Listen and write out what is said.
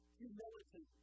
humility